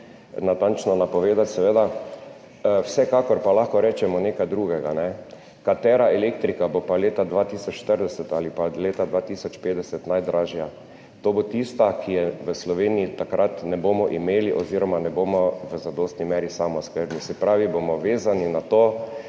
natančno napovedati. Seveda, vsekakor pa lahko rečemo nekaj drugega, katera elektrika pa bo leta 2040 ali leta 2050 najdražja, in sicer bo to tista, ki je v Sloveniji takrat ne bomo imeli oziroma ne bomo v zadostni meri samooskrbni, se pravi bomo vezani na to,